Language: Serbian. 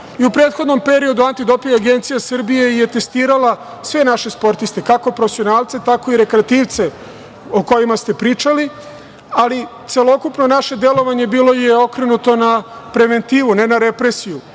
U prethodnom periodu Anti-doping agencija Srbije je testirala sve naše sportiste, kako profesionalce, tako i rekreativce o kojima ste pričali, ali celokupno naše delovanje bilo je okrenuto na preventivu, ne na represiju.